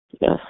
Yes